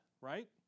right